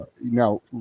Now